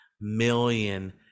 million